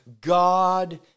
God